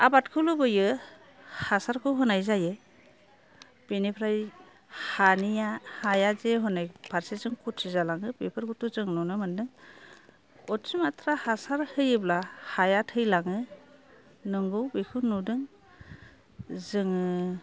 आबादखौ लुबैयो हासारखौ होनाय जायो बेनिफ्राय हानिया हायाजे हनै फारसेजों खथि जालाङो बेफोरखौ जों नुनो मोन्दों अथिमात्रा हासार होयोब्ला हाया थैलाङो नंगौ बेखौ नुदों जोङो